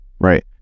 right